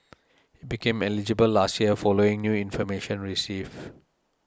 he became eligible last year following new information received